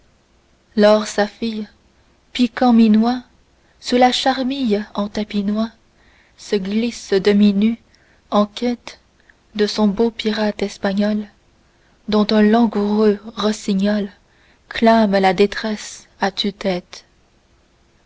lors sa fille piquant minois sous la charmille en tapinois se glisse demi-nue en quête de son beau pirate espagnol dont un langoureux rossignol clame la détresse